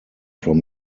from